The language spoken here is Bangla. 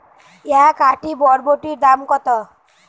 এক আঁটি বরবটির দাম কত?